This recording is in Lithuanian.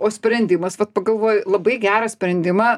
o sprendimas vat pagalvoju labai gerą sprendimą